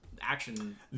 action